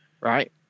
right